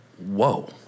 whoa